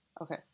Okay